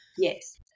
Yes